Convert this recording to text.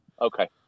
Okay